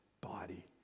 body